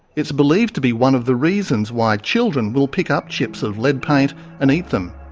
it's believed to be one of the reasons why children will pick up chips of lead paint and eat them.